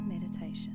Meditation